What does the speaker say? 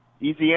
Easy